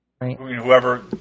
whoever